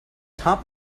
top